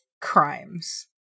crimes